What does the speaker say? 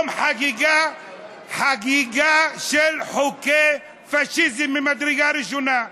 היום חגיגה של חוקי פאשיזם ממדרגה ראשונה.